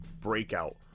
Breakout